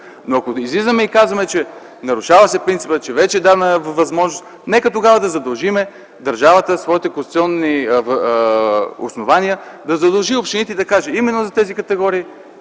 Но ако излизаме и казваме, че се нарушава принципът, че вече е дадена възможност на общините, нека тогава да задължим държавата по своите конституционни основания да задължи общините и да каже, че именно за тези категории